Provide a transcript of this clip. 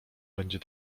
będzie